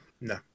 no